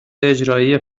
اجرایی